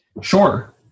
Sure